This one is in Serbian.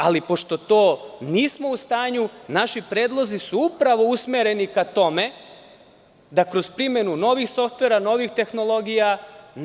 Ali, pošto to nismo u stanju, naši predlozi su upravo usmereni ka tome da kroz primenu novih softvera, novih tehnologija, radimo na tome.